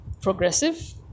progressive